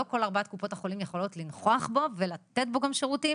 לא כל ארבעת קופות החולים יכולות לנכוח בו ולתת בו גם שירותים